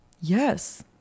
Yes